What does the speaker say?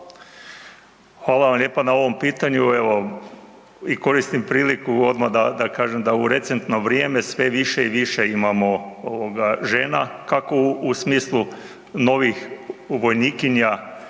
Hvala vam lijepa na ovom pitanju. Evo i koristim priliku odmah da kažem da u recentno vrijeme sve više i više imamo žena kako u smislu novih vojnikinja,